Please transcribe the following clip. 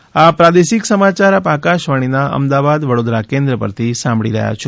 corona સંદેશ આ પ્રાદેશિક સમાચાર આપ આકશવાણીના અમદાવાદ વડોદરા કેન્દ્ર પરથી સાંભળી રહ્યા છે